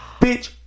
Bitch